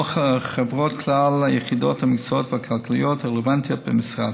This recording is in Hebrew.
ובה חברות כלל היחידות המקצועיות והכלכליות הרלוונטיות במשרד.